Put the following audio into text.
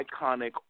iconic